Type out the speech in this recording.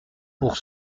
pour